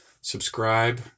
subscribe